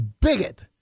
bigot